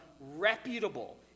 reputable